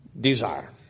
desire